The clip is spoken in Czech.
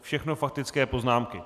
Všechno faktické poznámky.